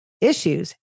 issues